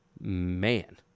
man